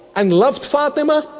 and loved fatima,